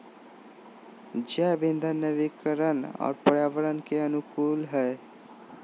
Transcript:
जैव इंधन नवीकरणीय और पर्यावरण के अनुकूल हइ